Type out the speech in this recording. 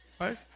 Right